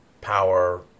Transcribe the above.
power